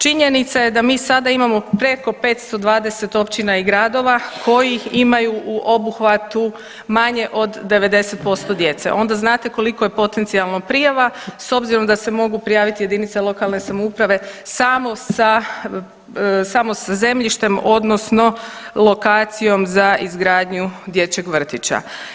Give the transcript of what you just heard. Činjenica je da mi sada imamo preko 520 općina i gradova koji imaju u obuhvatu manje od 90% djece onda znate koliko je potencijalno prijava s obzirom da se mogu prijaviti jedinice lokalne samouprave samo sa, samo sa zemljištem odnosno lokacijom za izgradnju dječjeg vrtića.